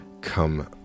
come